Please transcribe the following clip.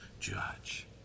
judge